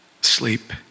Sleep